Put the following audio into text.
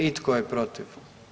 I tko je protiv?